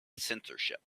censorship